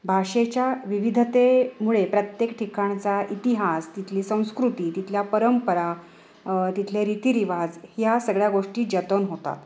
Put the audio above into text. भाषेच्या विविधतेमुळे प्रत्येक ठिकाणचा इतिहास तिथली संस्कृती तिथल्या परंपरा तिथले रीतीरिवाज ह्या सगळ्या गोष्टी जतन होतात